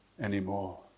anymore